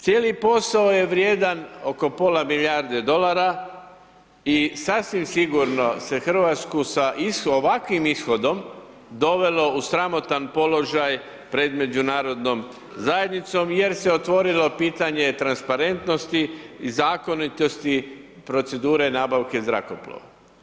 Cijeli posao je vrijedan oko pola milijarde dolara i sasvim sigurno se Hrvatsku sa ovakvim ishodom dovelo u sramotan položaj pred međunarodnom zajednicom, jer se otvorilo pitanje transparentnosti i i zakonitosti procedure nabavke zrakoplova.